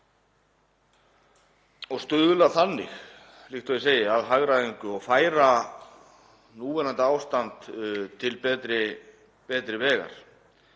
og stuðla þannig, líkt og ég segi, að hagræðingu og færa núverandi ástand til betri vegar.